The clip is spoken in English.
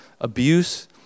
abuse